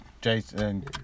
Jason